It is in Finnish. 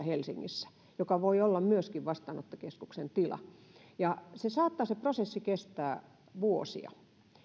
helsingissä kaksiossa joka voi olla myöskin vastaanottokeskuksen tila se prosessi saattaa kestää vuosia